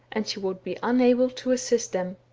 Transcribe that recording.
and she would be unable to assist them.